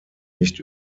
nicht